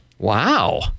Wow